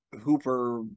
Hooper